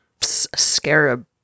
scarab